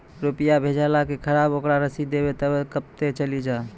रुपिया भेजाला के खराब ओकरा रसीद देबे तबे कब ते चली जा?